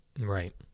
right